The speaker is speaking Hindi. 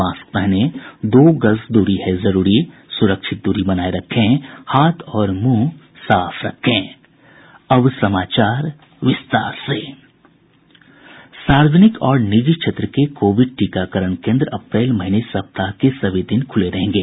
मास्क पहनें दो गज दूरी है जरूरी सुरक्षित दूरी बनाये रखें हाथ और मुंह साफ रखें सार्वजनिक और निजी क्षेत्र के कोविड टीकाकरण केंद्र अप्रैल महीने सप्ताह के सभी दिन खुले रहेंगे